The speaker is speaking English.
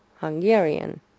Hungarian